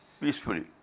peacefully